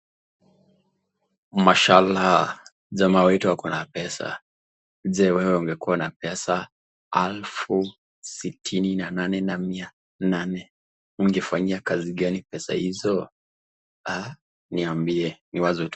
MashAllah jamaa wetu akona pesa. Je wewe ungekuwa na pesa alfu sitini na nane na mia nane, ungefanyia kazi gani pesa hizo? Aah niambie ni wazo tu.